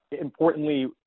Importantly